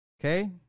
Okay